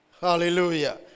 Hallelujah